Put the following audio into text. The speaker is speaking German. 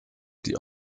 die